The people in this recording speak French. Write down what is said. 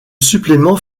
supplément